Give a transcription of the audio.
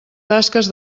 tasques